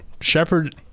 Shepard